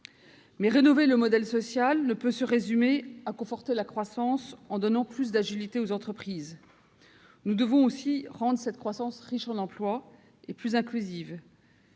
rénover le modèle social ne peut se résumer à conforter la croissance en donnant plus d'agilité aux entreprises : nous devons aussi la rendre riche en emplois et plus inclusive.